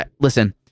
Listen